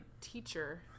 teacher